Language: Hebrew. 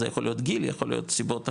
זה יכול להיות גיל, יכול להיות סיבות אחרות,